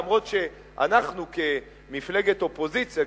אף שאנחנו כמפלגת אופוזיציה,